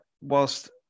whilst